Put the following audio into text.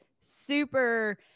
super